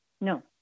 No